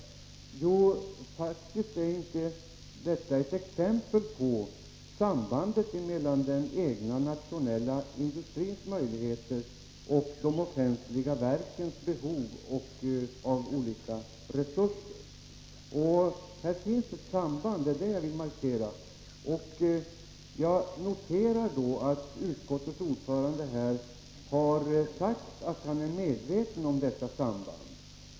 Jo, därför att vi där faktiskt har ett exempel på sambandet mellan vår egen nationella industris möjligheter och de offentliga verkens behov av olika resurser. Det är detta samband jag vill markera. Jag noterar att utskottets ordförande här sade att han är medveten om detta samband.